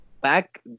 back